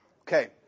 Okay